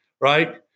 right